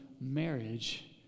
marriage